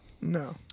No